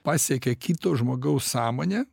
pasiekia kito žmogaus sąmonę